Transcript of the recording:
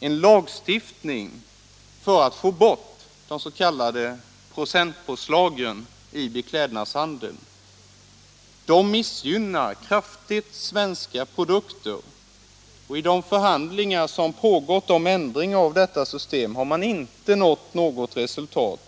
också lagstiftning för att få bort de s.k. procentpåslagen i beklädnadshandeln. De missgynnar kraftigt svenska produkter, och i de förhandlingar som förts om ändring av detta system har man inte nått något resultat.